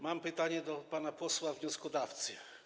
Mam pytanie do pana posła wnioskodawcy.